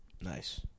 Nice